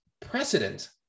precedent